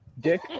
dick